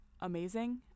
amazing